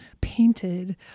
painted